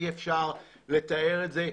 אי אפשר לתאר את זה,